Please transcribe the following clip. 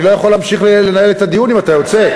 אני לא יכול להמשיך לנהל את הדיון אם אתה יוצא.